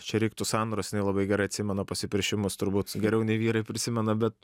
čia reiktų sandros jinai labai gerai atsimena pasipiršimus turbūt geriau nei vyrai prisimena bet